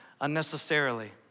unnecessarily